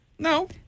No